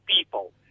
people